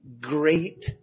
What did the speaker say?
Great